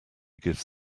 gives